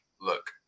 look